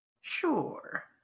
Sure